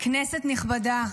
כנסת נכבדה.